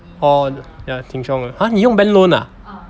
orh ya 挺凶的 !huh! 你用 bank loan ah